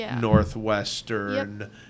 northwestern